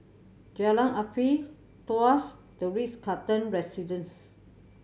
Jalan Afifi Tuas The Ritz Carlton Residences